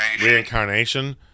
reincarnation